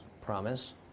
promise